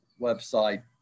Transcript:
website